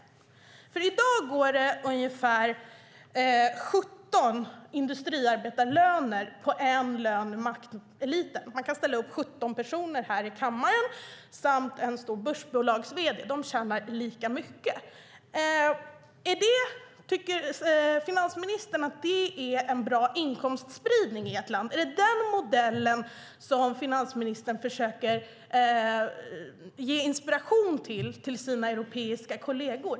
I dag går det ungefär 17 industriarbetarlöner på en lön i makteliten. Man kan ställa upp 17 personer här i kammaren samt en stor börsbolags-vd. De tjänar lika mycket. Tycker finansministern att det är en bra inkomstspridning i ett land? Är det denna modell som finansministern försöker ge sina europeiska kolleger inspiration till?